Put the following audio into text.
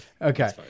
Okay